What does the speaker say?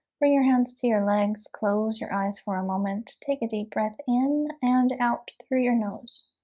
bring your hands to your legs. close your eyes for a moment. take a deep breath in and out through your nose